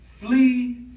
flee